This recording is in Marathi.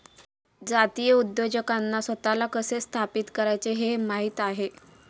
जातीय उद्योजकांना स्वतःला कसे स्थापित करायचे हे माहित आहे